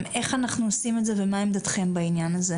אז בוא תגיד לי בבקשה איך אנחנו עושים את זה ומה היא עמדתכם בעניין הזה?